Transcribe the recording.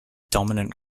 dominant